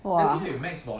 !wah!